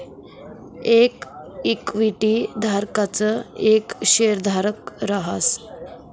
येक इक्विटी धारकच येक शेयरधारक रहास